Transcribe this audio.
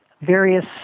various